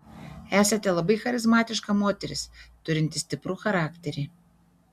esate labai charizmatiška moteris turinti stiprų charakterį